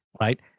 right